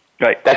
Right